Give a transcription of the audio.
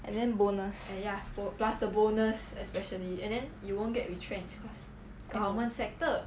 and then bonus government